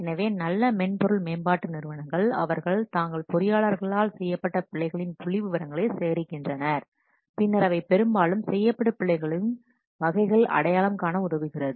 எனவே நல்ல மென்பொருள் மேம்பாட்டு நிறுவனங்கள் அவர்கள் தங்கள் பொறியியலாளர்களால் செய்யப்பட்ட பிழைகளின் புள்ளிவிவரங்களை சேகரிக்கின்றனர் பின்னர் அவை பெரும்பாலும் செய்யப்படும் பிழைகளின் வகைகளை அடையாளம் காண உதவுகிறது